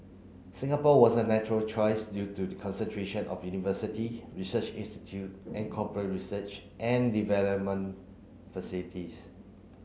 Singapore was a natural choice due to the concentration of university research institute and corporate research and development facilities